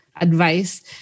advice